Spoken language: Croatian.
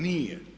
Nije.